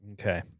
Okay